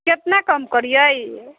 केतना कम करियै